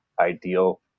ideal